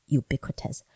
ubiquitous